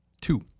Two